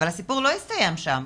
אבל הסיפור לא הסתיים שם,